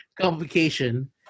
complication